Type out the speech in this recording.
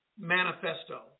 manifesto